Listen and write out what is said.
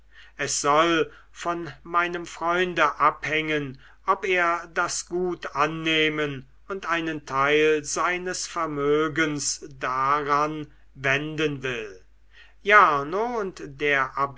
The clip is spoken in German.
es soll von meinem freunde abhängen ob er das gut annehmen und einen teil seines vermögens daran wenden will jarno und der